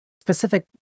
specific